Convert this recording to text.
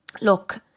look